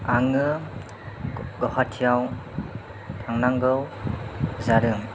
आङो गुवाहाटियाव थांनांगौ जादों